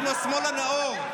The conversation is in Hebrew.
אנחנו השמאל הנאור.